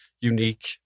unique